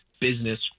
business